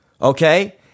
okay